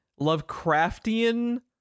lovecraftian